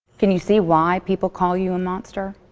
can you see why people call you a monster?